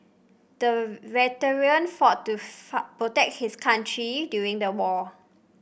the veteran fought to protect his country during the war